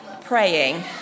praying